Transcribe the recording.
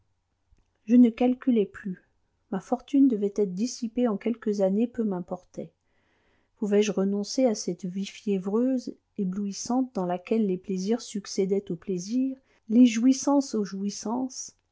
je ne calculai plus ma fortune devait être dissipée en quelques années peu m'importait pouvais-je renoncer à cette vie fiévreuse éblouissante dans laquelle les plaisirs succédaient aux plaisirs les jouissances aux jouissances